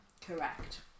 Correct